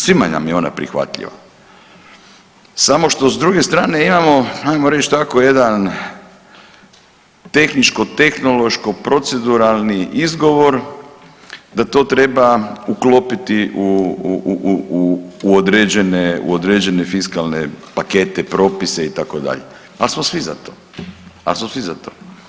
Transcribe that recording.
Svima nam je ona prihvatljiva samo što s druge strane imamo ajmo reći tako jedan tehničko tehnološko proceduralni izgovor da to treba uklopiti u, u, u određene, u određene fiskalne pakete, propise itd., ali smo svi za to, ali smo svi za to.